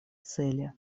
цели